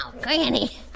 Granny